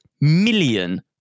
million